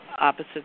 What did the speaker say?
opposite